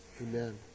Amen